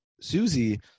Susie